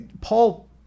Paul